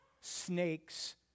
snakes